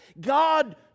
God